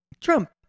Trump